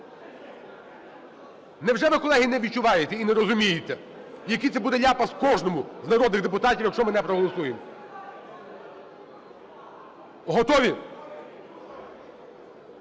Невже ви, колеги, не відчуваєте і не розумієте, який це буде ляпас кожному з народних депутатів, якщо ми не проголосуємо? Готові?